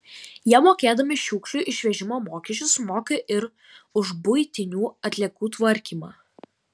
jie mokėdami šiukšlių išvežimo mokesčius sumoka ir už buitinių atliekų tvarkymą